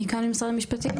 מי כאן ממשרד המשפטים?